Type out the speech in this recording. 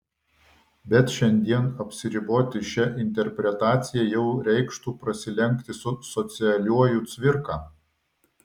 bet šiandien apsiriboti šia interpretacija jau reikštų prasilenkti su socialiuoju cvirka